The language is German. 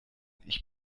ich